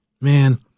man –